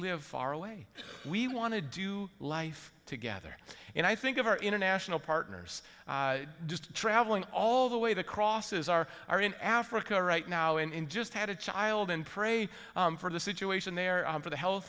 live far away we want to do life together and i think of our international partners just traveling all the way the crosses are are in africa right now in just had a child and pray for the situation there for the health of